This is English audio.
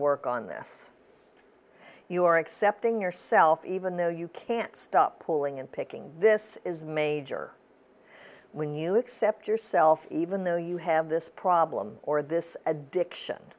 work on this you are accepting yourself even though you can't stop pulling and picking this is major when you accept yourself even though you have this problem or this addiction